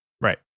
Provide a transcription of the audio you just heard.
Right